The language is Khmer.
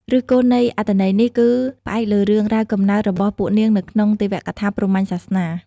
ឫសគល់នៃអត្ថន័យនេះ គឺផ្អែកលើរឿងរ៉ាវកំណើតរបស់ពួកនាងនៅក្នុងទេវកថាព្រហ្មញ្ញសាសនា។